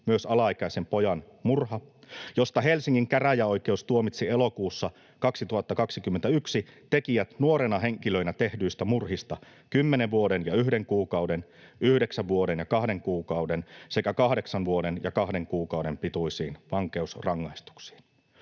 myös alaikäisen pojan murha, josta Helsingin käräjäoikeus tuomitsi elokuussa 2021 tekijät nuorena henkilönä tehdystä murhasta kymmenen vuoden ja yhden kuukauden, yhdeksän vuoden ja kahden kuukauden sekä kahdeksan vuoden ja kahden kuukauden pituisiin vankeusrangaistuksiin.